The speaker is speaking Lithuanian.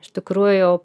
iš tikrųjų